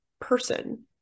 person